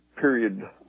period